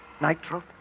Nitro